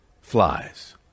flies